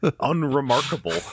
unremarkable